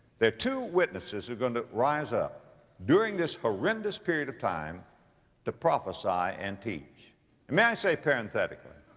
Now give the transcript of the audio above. there're two witnesses who're going to rise up during this horrendous period of time to prophesy and teach. and may i say parenthetically